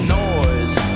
noise